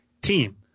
team